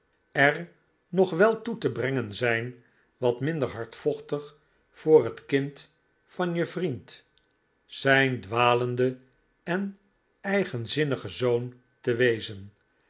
er nog wel toe te brengen zijn wat minder hardvochtig voor het kind van je vriend zijn dwalenden en eigenzinnigen zoon te wezen